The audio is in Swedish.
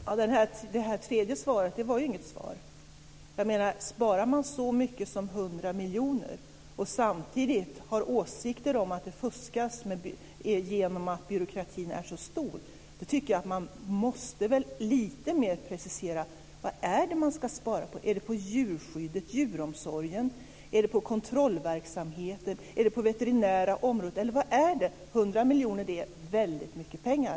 Fru talman! Svaret på min tredje fråga var ju inget svar. Ska man spara så mycket som 100 miljoner och samtidigt har åsikter om att det fuskas genom att byråkratin är så stor måste man väl lite mer precisera vad man ska spara på. Är det på djurskyddet, på djuromsorgen, på kontrollverksamheten, på det veterinära området eller vad är det man ska spara på? 100 miljoner är väldigt mycket pengar.